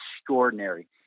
extraordinary